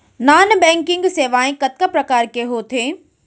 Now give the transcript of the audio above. non banking सेवाएं कतका प्रकार के होथे